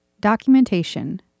Documentation